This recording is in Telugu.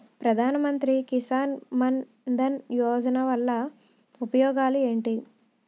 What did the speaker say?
ప్రధాన మంత్రి కిసాన్ మన్ ధన్ యోజన వల్ల ఉపయోగాలు ఏంటి?